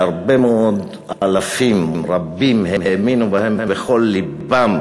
שהרבה מאוד אלפים רבים האמינו בהן בכל לבם.